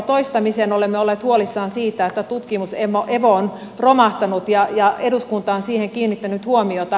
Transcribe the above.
toistamiseen olemme olleet huolissamme siitä että tutkimus evo on romahtanut ja eduskunta on siihen kiinnittänyt huomiota